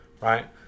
Right